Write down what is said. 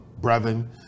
Brevin